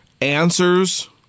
Answers